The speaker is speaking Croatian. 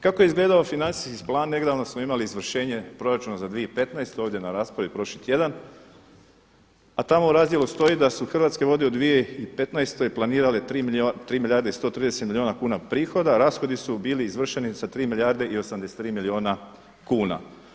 Kako je izgledao financijski plan nedavno smo imali izvršenje proračuna za 2015. ovdje na raspravi prošli tjedan a tamo u razdjelu stoji da su Hrvatske vode u 2015. planirale 3 milijarde i 130 milijuna kuna prihoda a rashodi su bili izvršeni sa 3 milijarde i 83 milijuna kuna.